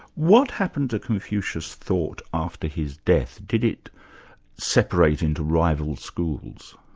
what happened to confucius' thought after his death? did it separate into rival schools?